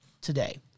today